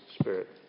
Spirit